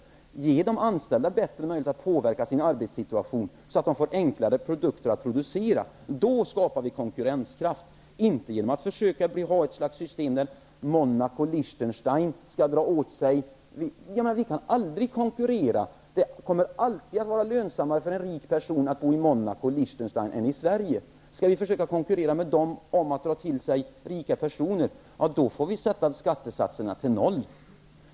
Ge de anställda bättre möjlighet att påverka sin arbetssituation, så att de får enklare produkter att producera. Då skapar vi konkurrenskraft. Vi skapar inte tillväxt genom att försöka konkurrera med Monaco och Liechtenstein. Vi kan aldrig konkurrera med dem. Det kommer alltid att vara lönsammare för en rik person att bo i Monaco eller Liechtenstein än i Sverige. Skall vi försöka konkurrera med de länderna om att dra till oss rika personer, då får vi sätta skattesatserna till noll.